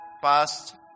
past